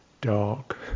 dark